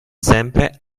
sempre